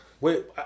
Wait